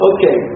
Okay